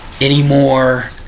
anymore